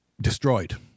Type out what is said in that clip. Destroyed